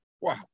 wow